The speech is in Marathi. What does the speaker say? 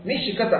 मी शिकत आहे